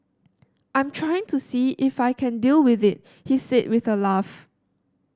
I'm trying to see if I can deal with it he said with a laugh